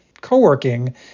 co-working